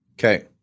Okay